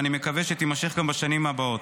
ואני מקווה שתימשך גם בשנים הבאות.